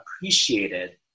appreciated